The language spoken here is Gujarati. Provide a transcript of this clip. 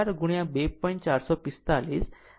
આમ f અમને 1000 ગુણ્યા 2